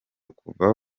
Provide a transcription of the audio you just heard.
kuva